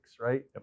Right